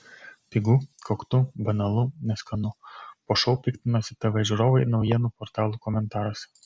pigu koktu banalu neskanu po šou piktinosi tv žiūrovai naujienų portalų komentaruose